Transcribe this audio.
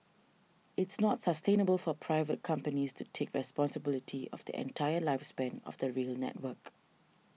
it's not sustainable for private companies to take responsibility of the entire lifespan of the rail network